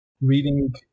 reading